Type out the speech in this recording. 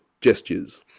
gestures